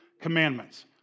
commandments